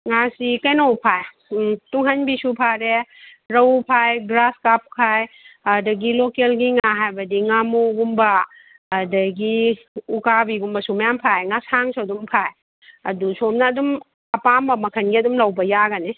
ꯉꯥꯁꯤ ꯀꯩꯅꯣ ꯐꯥꯏ ꯇꯨꯡꯍꯟꯕꯤꯁꯨ ꯐꯥꯔꯦ ꯔꯧ ꯐꯥꯏ ꯒ꯭ꯔꯥꯁ ꯀꯥꯞ ꯐꯥꯏ ꯑꯗꯒꯤ ꯂꯣꯀꯦꯜꯒꯤ ꯉꯥ ꯍꯥꯏꯕꯗꯤ ꯉꯥꯃꯨꯒꯨꯝꯕ ꯑꯗꯒꯤ ꯎꯀꯥꯕꯤꯒꯨꯝꯕꯁꯨ ꯃꯌꯥꯝ ꯐꯥꯏ ꯉꯁꯥꯡꯁꯨ ꯑꯗꯨꯝ ꯐꯥꯏ ꯑꯗꯨ ꯁꯣꯝꯅ ꯑꯗꯨꯝ ꯑꯄꯥꯝꯕ ꯃꯈꯟꯒꯤ ꯑꯗꯨꯝ ꯂꯧꯕ ꯌꯥꯒꯅꯤ